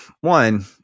One